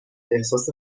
احساس